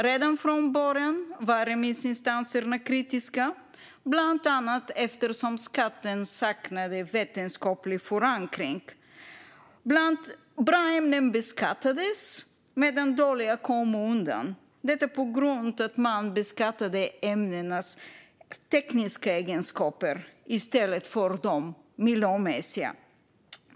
Redan från början var remissinstanserna kritiska, bland annat då skatten saknade vetenskaplig förankring. Bra ämnen beskattades medan dåliga kom undan, detta på grund av att man beskattade ämnenas tekniska egenskaper i stället för de miljömässiga.